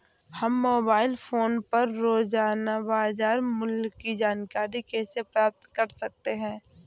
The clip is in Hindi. हम मोबाइल फोन पर रोजाना बाजार मूल्य की जानकारी कैसे प्राप्त कर सकते हैं?